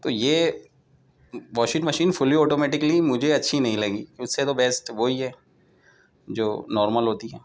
تو یہ washing machine fully automatically مجھے اچھی نہیں لگی اس سے تو بیسٹ وہی ہے جو نارمل ہوتی ہیں